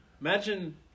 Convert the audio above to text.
imagine